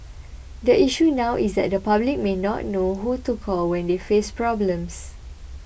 the issue now is that the public may not know who to call when they face problems